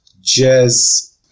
jazz